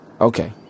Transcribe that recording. Okay